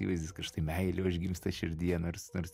įvaizdis kad štai meilė užgimsta širdyje nors nors